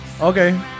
Okay